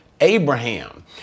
Abraham